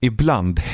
Ibland